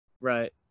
right